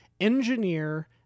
engineer